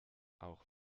auch